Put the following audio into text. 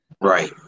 Right